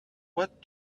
what